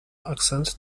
accent